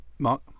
Mark